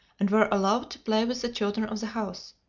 and were allowed to play with the children of the house.